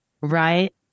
Right